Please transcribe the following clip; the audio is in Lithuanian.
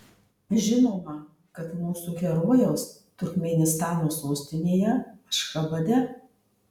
žinoma kad mūsų herojaus turkmėnistano sostinėje ašchabade